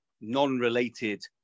non-related